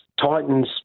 Titans